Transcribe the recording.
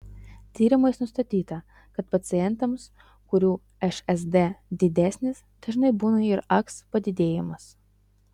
tyrimais nustatyta kad pacientams kurių šsd didesnis dažnai būna ir aks padidėjimas